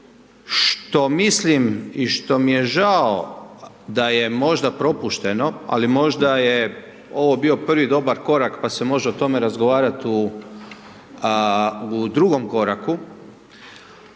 što mislim i što mi je žao da je možda propušteno, ali možda je ovo bio prvi dobar korak, pa se može o tome razgovarat u drugom koraku,